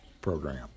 Program